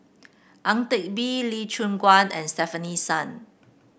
Ang Teck Bee Lee Choon Guan and Stefanie Sun